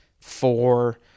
four